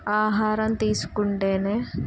ఆహారం తీసుకుంటేనే